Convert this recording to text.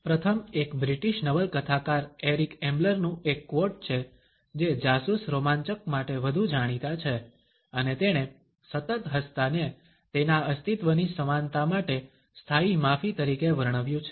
પ્રથમ એક બ્રિટીશ નવલકથાકાર એરિક એમ્બલરનું એક કોટ છે જે જાસૂસ રોમાંચક માટે વધુ જાણીતા છે અને તેણે સતત હસતાને તેના અસ્તિત્વની સમાનતા માટે સ્થાયી માફી તરીકે વર્ણવ્યું છે